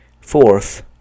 Fourth